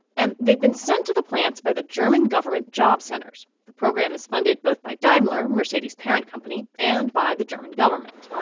and they've been sent to the plants by the german government job centers. the program is funded both by daimler, mercedes' parent company, and by the german government